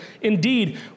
Indeed